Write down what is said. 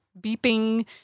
beeping